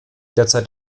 derzeit